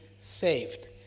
saved